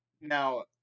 Now